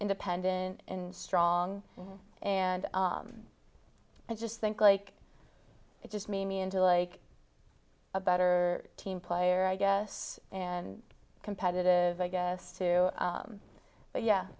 independent and strong and i just think like it just made me into like a better team player i guess and competitive i guess too but yeah